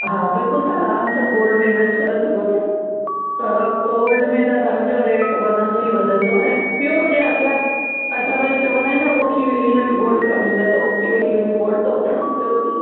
हा बिल्कुलु तव्हां आराम सां गोल्ड में इंवेस्ट करे सघो था त गोल्ड में त तव्हां जो रेट वधंदो ई वधंदो ऐं पियो हुजे अॻियां असां में त चवंदा आहिनि न कि औखी वेली में बि गोल्ड कमु ईंदो आहे त औखी वेली में गोल्ड त हुजणु ज़रूरी आहे